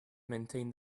maintained